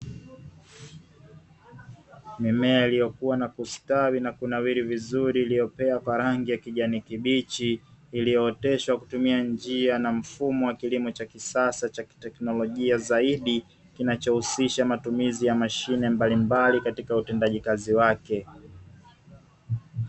Mimea iliyokuwa na kustawi na kunawiri vizuri iliyopea kwa rangi ya kijani kibichi, iliyooteshwa kutumia njia na mfumo wa kilimo cha kisasa cha teknolojia zaidi, kinachohusisha matumizi ya mashine mbalimbali katika utendaji kazi wake.